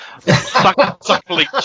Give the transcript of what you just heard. suckling